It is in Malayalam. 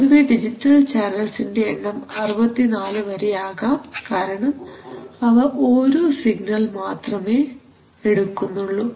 പൊതുവേ ഡിജിറ്റൽ ചാനൽസിന്റെ എണ്ണം 64 വരെ ആകാം കാരണം അവ ഓരോ സിഗ്നൽ മാത്രമേ എടുക്കുന്നുള്ളൂ